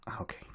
Okay